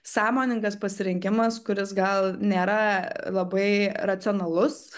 sąmoningas pasirinkimas kuris gal nėra labai racionalus